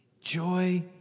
joy